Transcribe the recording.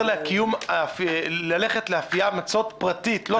לקיום מאפיית מצות פרטית?